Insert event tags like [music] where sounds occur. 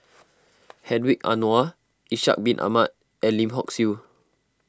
[noise] Hedwig Anuar Ishak Bin Ahmad and Lim Hock Siew